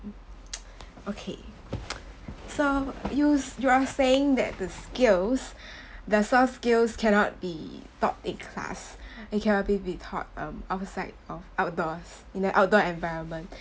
okay so you s~ you are saying that the skills the soft skills cannot be taught in class it can only be taught um outside of outdoors in the outdoor environment